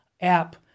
app